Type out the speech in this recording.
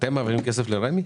אתם מעבירים כסף לרמ"י?